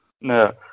No